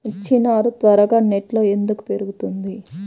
మిర్చి నారు త్వరగా నెట్లో ఎందుకు పెరుగుతుంది?